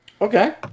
Okay